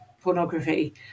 Pornography